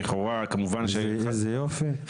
איזה יופי.